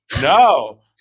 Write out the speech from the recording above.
No